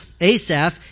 Asaph